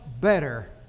better